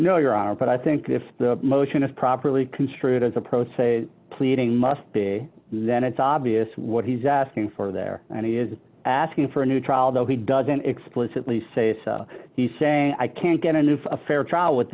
honor but i think if the motion is properly construed as a pro se pleading must be then it's obvious what he's asking for there and he is asking for a new trial though he doesn't explicitly say he's saying i can't get enough of a fair trial with